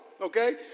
okay